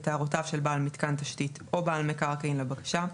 את הערותיו של בעל מתקן תשתית או בעל מקרקעין לבקשה,